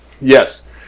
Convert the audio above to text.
Yes